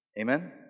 Amen